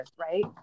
right